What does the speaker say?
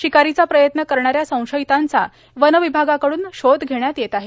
शिकारीचा प्रयत्न करणाऱ्या संशयितांचा वन विभागाकडून शोध घेण्यात येत आहे